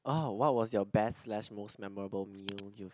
orh what was your best slash most memorable meal you've